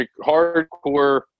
hardcore